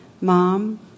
Mom